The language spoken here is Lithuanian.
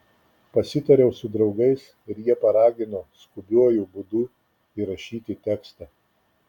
pasitariau su draugais ir jie paragino skubiuoju būdu įrašyti tekstą